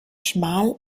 schmal